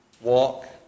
walk